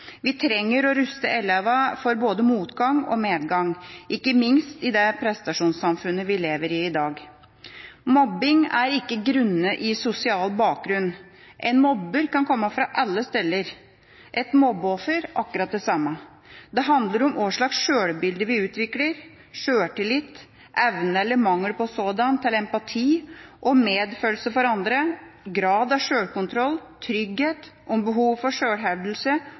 Vi trenger å ruste elevene for både motgang og medgang, ikke minst i det prestasjonssamfunnet vi lever i i dag. Mobbing er ikke grunnet sosial bakgrunn. En mobber kan komme fra alle steder – et mobbeoffer akkurat det samme. Det handler om hva slags sjølbilde vi utvikler, sjøltillit, evne – eller mangel på sådan – til empati og medfølelse for andre, grad av sjølkontroll, trygghet, behov for sjølhevdelse,